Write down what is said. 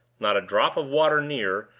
not a drop of water near,